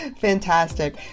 Fantastic